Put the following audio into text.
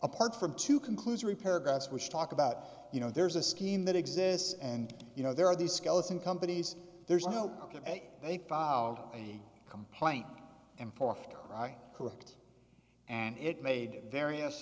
apart from two conclusory paragraphs which talk about you know there's a scheme that exists and you know there are these skeleton companies there's no ok they filed a complaint and for right correct and it made various